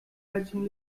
heizung